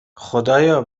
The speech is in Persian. خدایا